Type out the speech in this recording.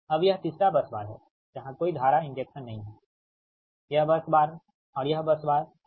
अब यहाँ तीसरा बस बार है जहाँ कोई धारा इंजेक्शन नहीं है यह बस बार और यह बस बार ठीक